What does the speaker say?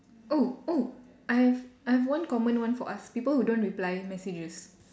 oh oh I have I've one common one for us people who don't reply messages